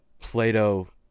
Plato